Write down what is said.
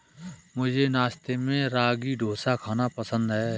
मुझे नाश्ते में रागी डोसा खाना पसंद है